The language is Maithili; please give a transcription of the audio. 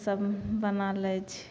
सब बना लै छी